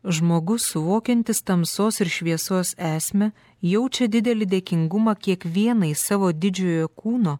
žmogus suvokiantis tamsos ir šviesos esmę jaučia didelį dėkingumą kiekvienai savo didžiojo kūno